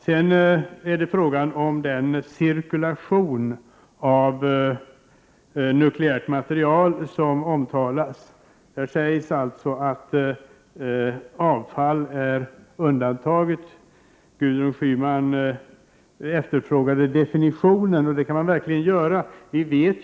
Det är också en fråga om den cirkulation av nukleärt material som omtalas. Det sägs alltså att avfall är undantaget. Gudrun Schyman efterfrågade definitionen och den kan man verkligen undra över.